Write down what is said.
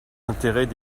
intérêts